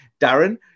Darren